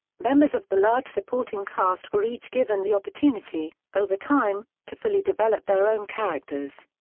members of the large supporting cast were each given the opportunity, over time, to fully develop their own characters.